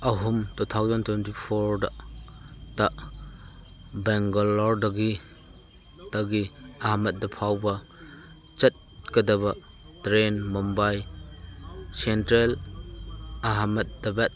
ꯑꯍꯨꯝ two thousand twenty ꯐꯣꯔꯗ ꯇ ꯕꯦꯡꯒꯂꯣꯔꯗꯒꯤ ꯇꯒꯤ ꯑꯍꯃꯠꯗ ꯐꯥꯎꯕ ꯆꯠꯀꯗꯕ ꯇ꯭ꯔꯦꯟ ꯃꯨꯝꯕꯥꯏ ꯁꯦꯟꯇ꯭ꯔꯦꯜ ꯑꯍꯥꯃꯠꯗꯕꯥꯗ